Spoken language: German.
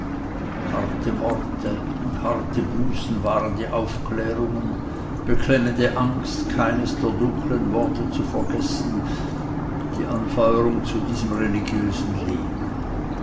harte worte und harte bußen waren die aufklärungen beklemmende angst keines der dunklen worte zu vergessen die anfeuerung zu diesem religiösen leben